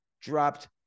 dropped